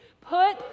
Put